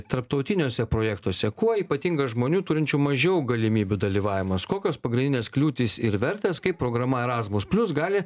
tarptautiniuose projektuose kuo ypatingas žmonių turinčių mažiau galimybių dalyvavimas kokios pagrindinės kliūtys ir vertės kaip programa erasmus plius gali